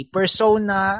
Persona